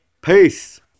Peace